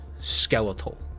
skeletal